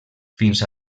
fins